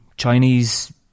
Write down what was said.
Chinese